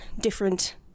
different